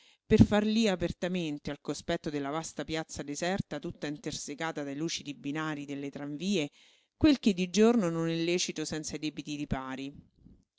per far lí apertamente al cospetto della vasta piazza deserta tutta intersecata dai lucidi binarii delle tramvie quel che di giorno non è lecito senza i debiti ripari